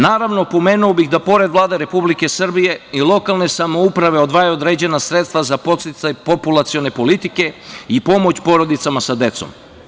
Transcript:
Naravno, pomenuo bi da pored Vlade Republike Srbije i lokalne samouprave odvajaju određena sredstva za podsticaj populacione politike i pomoć porodicama sa decom.